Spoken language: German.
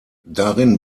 darin